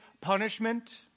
punishment